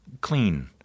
clean